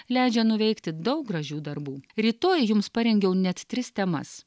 leidžia nuveikti daug gražių darbų rytoj jums parengiau net tris temas